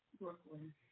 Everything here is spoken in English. Brooklyn